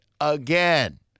again